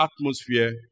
atmosphere